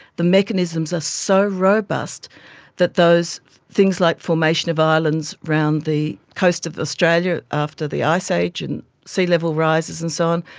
the mechanisms are so robust that those things like formation of islands around the coast of australia after the ice age and sea level rises and so on,